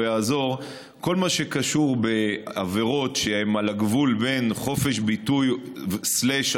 לא יעזור: כל מה שקשור בעבירות שהן על הגבול בין חופש ביטוי להסתה